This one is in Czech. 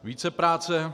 Vícepráce.